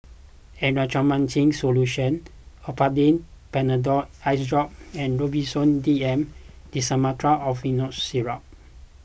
Erythroymycin Solution Olopatadine Patanol Eyedrop and Robitussin D M Dextromethorphan Syrup